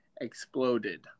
exploded